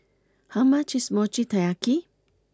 how much is Mochi Taiyaki